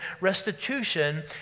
Restitution